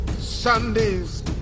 Sunday's